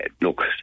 look